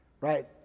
right